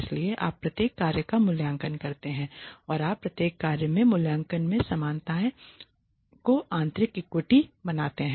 इसलिए आप प्रत्येक कार्य का मूल्यांकन करते हैं और आप प्रत्येक कार्य में मूल्यांकन में समानता को आंतरिक इक्विटी बनाते हैं